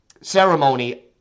ceremony